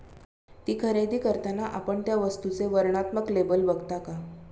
ती खरेदी करताना आपण त्या वस्तूचे वर्णनात्मक लेबल बघता का?